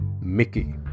Mickey